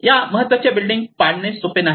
या महत्त्वाच्या बिल्डिंग पाडणे सोपे नाही